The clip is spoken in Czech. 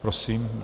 Prosím.